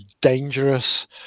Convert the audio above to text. dangerous